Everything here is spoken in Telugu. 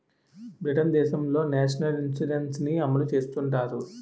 బ్రిటన్ దేశంలో నేషనల్ ఇన్సూరెన్స్ ని అమలు చేస్తుంటారు